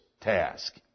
task